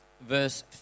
verse